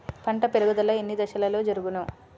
పంట పెరుగుదల ఎన్ని దశలలో జరుగును?